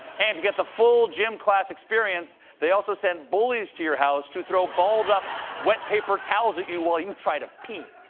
and to get the full gym class experience, they also send bullies to your house to throw balled-up wet paper towels at you while you try to pee.